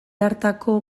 hartako